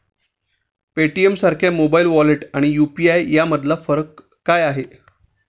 पेटीएमसारख्या mobile wallet आणि UPI यामधला फरक काय आहे?